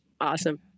Awesome